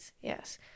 Yes